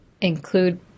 include